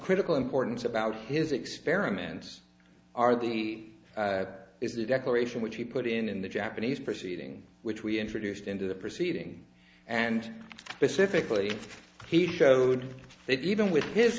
critical importance about his experiments are the is the declaration which he put in the japanese proceeding which we introduced into the proceedings and specific lee he showed that even with his